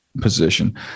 position